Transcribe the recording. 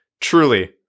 Truly